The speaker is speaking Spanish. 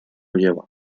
lleva